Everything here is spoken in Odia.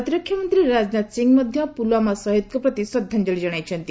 ପ୍ରତିରକ୍ଷା ମନ୍ତ୍ରୀ ରାଜନାଥ ସିଂହ ମଧ୍ୟ ପୁଲ୍ୱାମା ଶହୀଦ୍ଙ୍କ ପ୍ରତି ଶ୍ରଦ୍ଧାଞ୍ଜଳି ଜଣାଇଛନ୍ତି